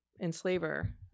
enslaver